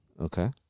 Okay